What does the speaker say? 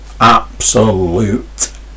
Absolute